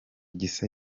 gisa